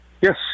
Yes